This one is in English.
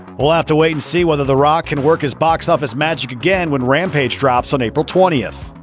we'll have to wait and see whether the rock can work his box office magic again when rampage drops on april twentieth.